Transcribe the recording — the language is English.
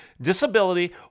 disability